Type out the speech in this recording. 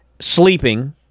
sleeping